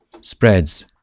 spreads